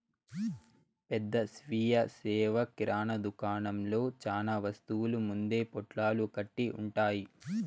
పెద్ద స్వీయ సేవ కిరణా దుకాణంలో చానా వస్తువులు ముందే పొట్లాలు కట్టి ఉంటాయి